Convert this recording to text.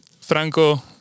Franco